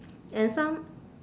and some